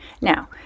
Now